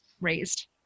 raised